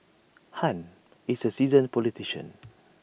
han is A seasoned politician